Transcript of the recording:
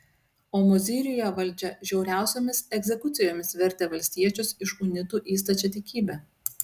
o mozyriuje valdžia žiauriausiomis egzekucijomis vertė valstiečius iš unitų į stačiatikybę